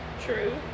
True